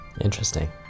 Interesting